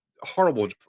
Horrible